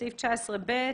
בסעיף 19(ב)